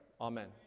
amen